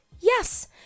yes